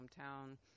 hometown